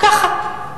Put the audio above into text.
ככה.